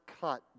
cut